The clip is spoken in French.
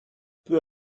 peu